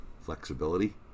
flexibility